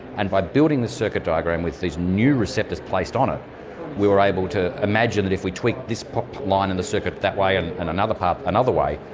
and by building the circuit diagram with these new receptors placed on it we were able to imagine that if we tweaked this line in the circuit that way and and another part another way,